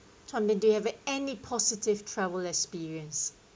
tell me do you have any positive travel experience